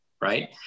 Right